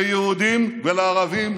ליהודים ולערבים,